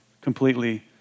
completely